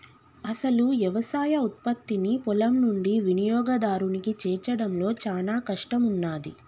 అసలు యవసాయ ఉత్పత్తిని పొలం నుండి వినియోగదారునికి చేర్చడంలో చానా కష్టం ఉన్నాది